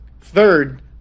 third